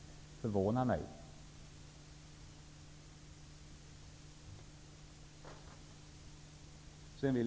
Fru talman!